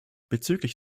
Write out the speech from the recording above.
bezüglich